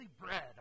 bread